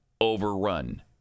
overrun